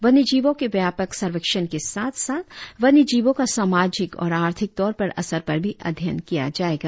वन्यजीवों के व्यापक सर्वेक्षण के साथ साथ वन्यजीवों का सामाजिक और आर्थिक तौर पर असर पर भी अध्यन किया जाएगा